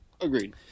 Agreed